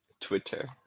Twitter